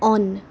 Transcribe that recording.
on